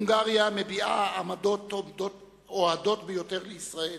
הונגריה מביעה עמדות אוהדות ביותר לישראל,